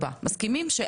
יש עברית,